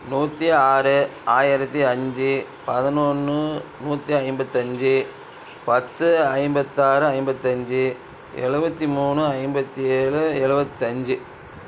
நூற்றி ஆறு ஆயிரத்து அஞ்சு பதினொன்று நூற்றி ஐம்பத்து அஞ்சு பத்து ஐம்பத்தாறு ஐம்பத்து அஞ்சு எழுவதி மூணு ஐம்பத்து ஏழு எழுவத்தஞ்சு